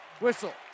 whistle